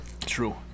True